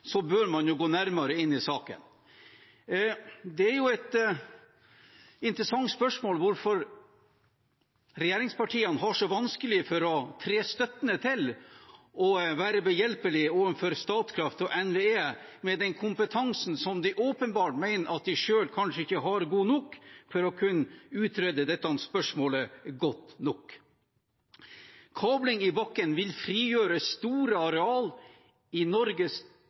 bør man gå nærmere inn i saken. Et interessant spørsmål er hvorfor regjeringspartiene har så vanskelig for å tre støttende til og være behjelpelig overfor Statkraft og NVE med den kompetansen som de åpenbart mener at de selv kanskje ikke har for å kunne utrede dette spørsmålet godt nok. Kabling i bakken vil frigjøre store areal i Norges